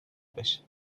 بشه